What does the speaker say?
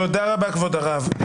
תודה רבה, כבוד הרב.